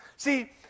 See